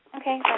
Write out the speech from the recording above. Okay